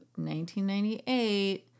1998